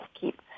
keep